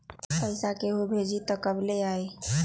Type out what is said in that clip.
पैसा केहु भेजी त कब ले आई?